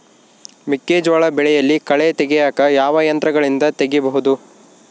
ಮೆಕ್ಕೆಜೋಳ ಬೆಳೆಯಲ್ಲಿ ಕಳೆ ತೆಗಿಯಾಕ ಯಾವ ಯಂತ್ರಗಳಿಂದ ತೆಗಿಬಹುದು?